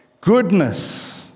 goodness